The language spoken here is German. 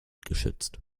geschützt